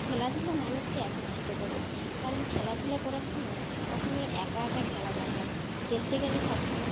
খেলাধুলা মানুষকে একত্রিত করে কারণ খেলাধুলা করার সময় কখনোই একা একা খেলা যায় না খেলতে গেলে সবসময়